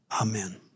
Amen